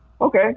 Okay